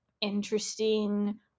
interesting